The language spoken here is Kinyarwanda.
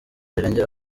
rirengera